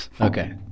Okay